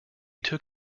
took